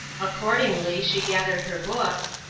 accordingly she gathered her books,